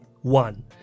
one